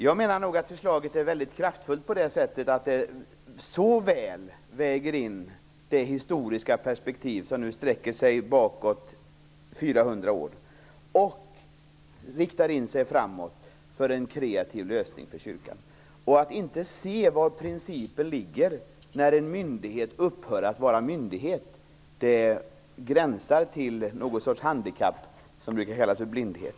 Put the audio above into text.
Jag menar att det är ett mycket kraftfullt förslag, eftersom det inte bara väger in det historiska perspektivet bakåt i 400 år utan också riktar in sig framåt, mot en kreativ lösning för kyrkan. En oförmåga att se den principiella betydelsen av ett steg som innebär att en myndighet upphör att vara myndighet gränsar till det handikapp som kallas blindhet.